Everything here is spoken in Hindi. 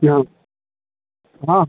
यहाँ हाँ